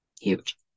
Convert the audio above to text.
huge